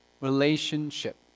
Relationship